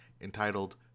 entitled